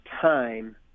time